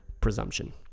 presumption